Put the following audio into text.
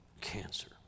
Cancer